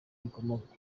rikomoka